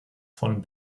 von